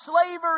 slavery